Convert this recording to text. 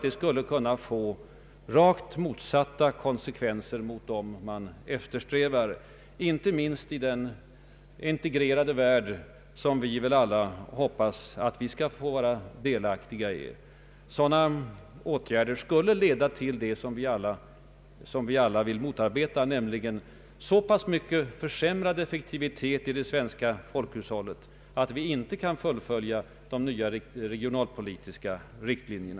Det skulle kunna få konsekvenser rakt motsatta dem man eftersträvar, inte minst i den integrerade värld som vi väl alla hoppas att vi skall få vara delaktiga i. Sådana åtgärder skulle leda till det som vi vill motarbeta, nämligen så försämrad effektivitet i det svenska folkhushållet att vi inte får råd att fullfölja de nya regionalpolitiska riktlinjerna.